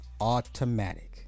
Automatic